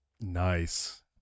Nice